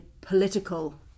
political